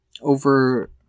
over